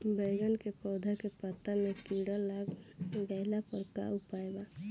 बैगन के पौधा के पत्ता मे कीड़ा लाग गैला पर का उपाय बा?